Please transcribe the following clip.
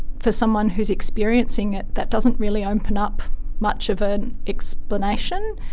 for someone who is experiencing it, that doesn't really open up much of an explanation.